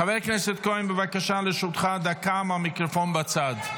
חבר הכנסת כהן, בבקשה, לרשותך דקה מהמיקרופון בצד.